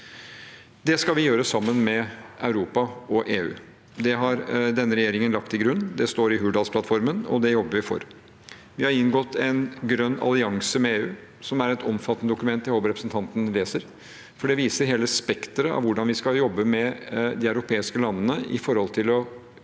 Det skal vi gjøre sammen med Europa og EU. Det har denne regjeringen lagt til grunn. Det står i Hurdalsplattformen, og det jobber vi for. Vi har inngått en grønn allianse med EU, som er et omfattende dokument jeg håper representanten leser. Det viser hele spekteret av hvordan vi skal jobbe med de europeiske landene for å